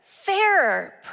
fairer